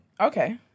Okay